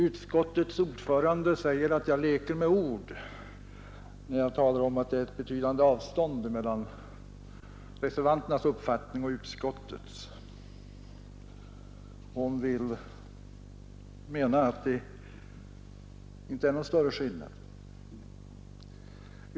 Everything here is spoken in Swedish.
Utskottets ordförande säger att jag leker med ord när jag talar om att det är ett betydande avstånd mellan reservanternas uppfattning och utskottsmajoritetens. Hon menar att det inte är någon större skillnad.